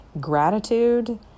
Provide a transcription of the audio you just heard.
gratitude